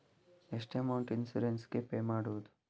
ಎಷ್ಟು amount insurance ಗೇ pay ಮಾಡುವುದು?